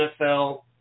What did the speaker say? NFL